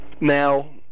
Now